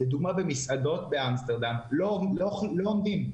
במסעדות באמסטרדם לא עומדים,